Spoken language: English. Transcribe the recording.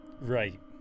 Right